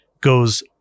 goes